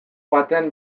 batean